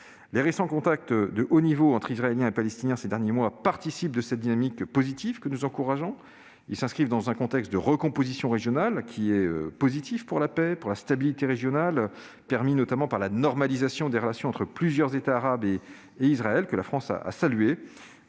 Les récents contacts de haut niveau entre Israéliens et Palestiniens ces derniers mois participent de cette dynamique positive que nous encourageons. Ils s'inscrivent dans un contexte de recomposition régionale qui est positif pour la paix et pour la stabilité régionale, permis notamment par la normalisation des relations entre plusieurs États arabes et Israël, que la France a saluée.